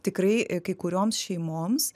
tikrai kai kurioms šeimoms